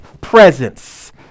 presence